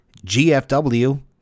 GFW